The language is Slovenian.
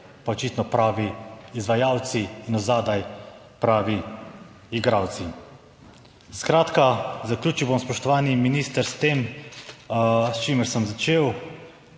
pa očitno pravi izvajalci in od zadaj pravi igralci. Skratka, zaključil bom, spoštovani minister, s tem, s čimer sem začel.